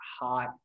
hot